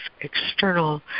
external